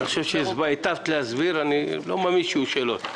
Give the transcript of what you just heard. היטבת להסביר, אני לא מאמין שיהיו שאלות.